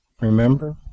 Remember